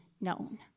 known